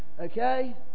Okay